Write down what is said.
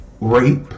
rape